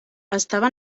estava